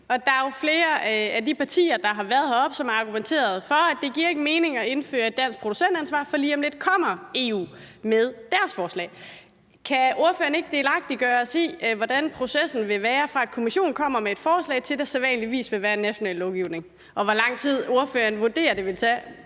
Og der er jo flere af de partier, som har været heroppe, som har argumenteret for, at det ikke giver mening at indføre dansk producentansvar, for lige om lidt kommer EU med deres forslag. Kan ordføreren ikke delagtiggøre os i, hvordan processen vil være, fra Kommissionen kommer med et forslag, til der sædvanligvis vil være en national lovgivning? Hvor lang tid vurderer ordføreren det vil tage?